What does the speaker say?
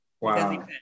Wow